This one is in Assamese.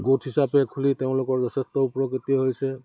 গোট হিচাপে খুলি তেওঁলোকৰ যথেষ্ট উপকৃত হৈছে